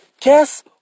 Guess